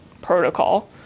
protocol